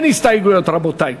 (5) אין הסתייגויות, רבותי.